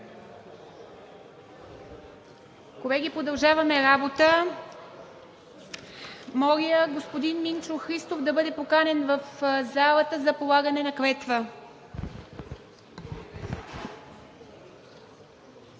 Колеги, продължаваме работа. Моля господин Минчо Христов да бъде поканен в залата за полагане на клетва.